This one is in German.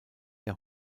der